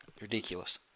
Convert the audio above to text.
Ridiculous